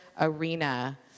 arena